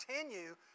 continue